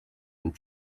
and